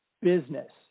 business